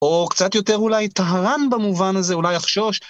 או קצת יותר אולי טהרן במובן הזה, אולי אחשוש.